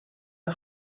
een